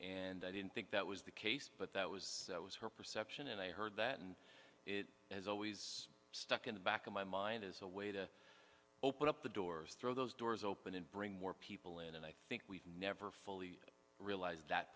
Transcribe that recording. and i didn't think that was the case but that was that was her perception and i heard that and it has always stuck in the back of my mind is a way to open up the doors through those doors open and bring more people in and i think we've never fully realised that